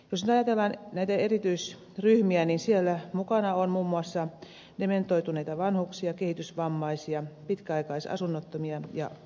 jos ajatellaan näitä erityisryhmiä niin siellä mukana on muun muassa dementoituneita vanhuksia kehitysvammaisia pitkäaikaisasunnottomia ja opiskelijoita